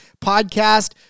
podcast